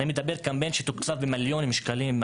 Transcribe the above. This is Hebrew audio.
אני מדבר על קמפיין שתוקצב במיליוני שקלים.